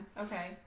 Okay